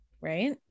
right